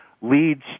leads